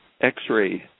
x-ray